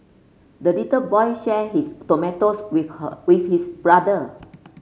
the little boy shared his tomatoes with her with his brother